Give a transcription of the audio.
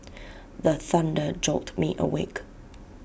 the thunder jolt me awake